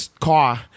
car